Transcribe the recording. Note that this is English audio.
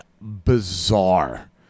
bizarre